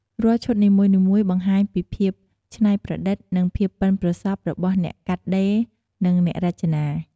រាល់ឈុតនីមួយៗបង្ហាញពីភាពច្នៃប្រឌិត និងភាពប៉ិនប្រសប់របស់អ្នកកាត់ដេរ និងអ្នករចនា។